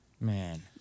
Man